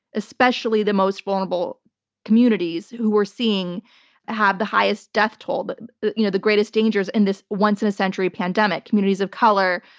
especially the most vulnerable communities who we're seeing have the highest death toll, the you know the greatest dangers in this once-in-a-century pandemic, communities of color,